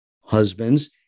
husbands